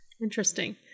interesting